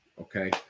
okay